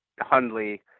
Hundley